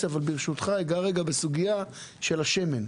ברשותך, אגע בסוגייה של השמן.